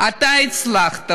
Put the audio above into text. אתה הצלחת,